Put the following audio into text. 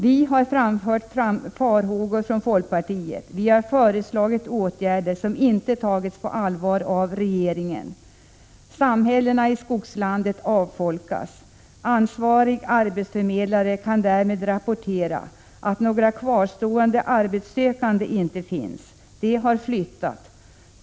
Vi har från folkpartiet framfört farhågor, vi har föreslagit åtgärder, men de har inte tagits på allvar av regeringen. Samhällena i skogslandet avfolkas. Ansvarig arbetsförmedlare kan därmed rapportera att några kvarstående arbetssökande inte finns. De har flyttat.